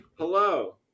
Hello